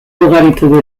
ugaritu